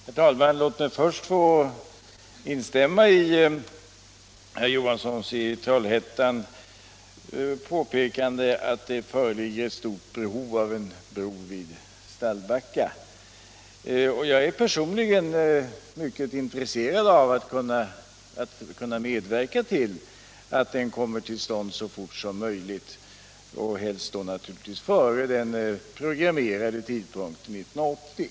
Herr talman! Låt mig först instämma i herr Johanssons i Trollhättan påpekande att det föreligger stort behov av en bro vid Stallbacka. Jag är personligen mycket intresserad av att kunna medverka till att den kommer till stånd så fort som möjligt, helst naturligtvis före den programmerade tidpunkten 1980.